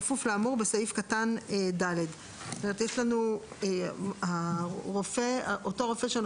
בכפוף לאמור בסעיף קטן (ד); זאת אומרת אותו רופא שנותן